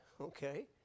Okay